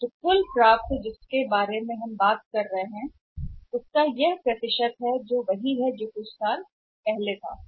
इसलिए कुल प्राप्य हम हैं के बारे में बात कर रहे हैं और अगर यह प्रतिशत है जो कुछ साल पहले एक ही समय में दिखाता है